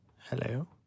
Hello